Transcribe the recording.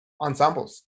ensembles